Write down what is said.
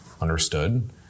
understood